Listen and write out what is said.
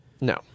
no